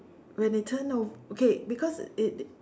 when they turn ov~ okay because it it